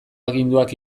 aginduak